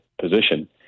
position